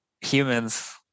humans